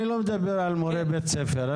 אני לא מדבר על מורה בית ספר,